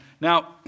Now